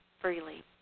freely